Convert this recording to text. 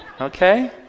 okay